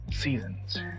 seasons